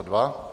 2.